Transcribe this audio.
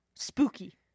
spooky